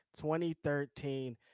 2013